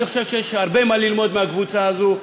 אני חושב שיש לה הרבה מה ללמוד מהקבוצה הזאת,